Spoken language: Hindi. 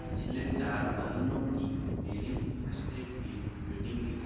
पिछले चार महीनों की मेरी फास्टैग बिल रीडिंग दिखाएँ